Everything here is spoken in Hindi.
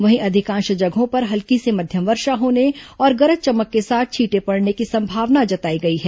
वहीं अधिकांश जगहों पर हल्की से मध्यम वर्षा होने और गरज चमक के साथ छींटे पड़ने की संभावना जताई गई है